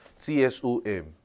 T-S-O-M